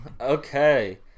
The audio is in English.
Okay